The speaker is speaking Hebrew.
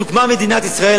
כשהוקמה מדינת ישראל,